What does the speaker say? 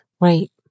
Right